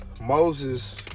Moses